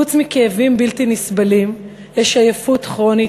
חוץ מכאבים בלתי נסבלים יש עייפות כרונית,